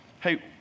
hey